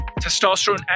testosterone